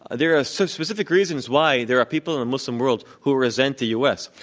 ah there are so specific reasons why there are people in the muslim world who resent the u. s.